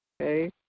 Okay